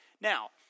Now